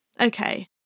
Okay